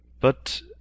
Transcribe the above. But